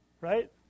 right